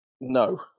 No